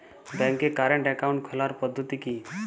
ব্যাংকে current account খোলার পদ্ধতি কি?